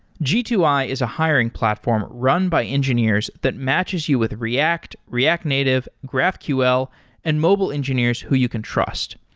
g two i is a hiring platform run by engineers that matches you with react, react native, graphql and mobile engineers who you can trust.